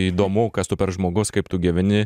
įdomu kas tu per žmogus kaip tu gyveni